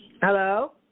Hello